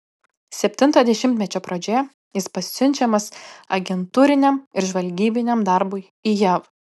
septinto dešimtmečio pradžioje jis pasiunčiamas agentūriniam ir žvalgybiniam darbui į jav